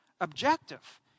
objective